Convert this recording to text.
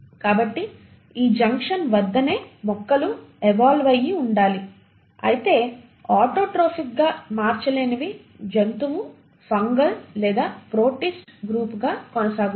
కాబట్టి ఈ జంక్షన్ వద్దనే మొక్కలు ఏవోల్వ్ అయ్యి ఉండాలి అయితే ఆటోట్రోఫిక్గా మారలేనివి జంతువు ఫంగల్ లేదా ప్రొటిస్ట్ గ్రూపుగా కొనసాగుతున్నాయి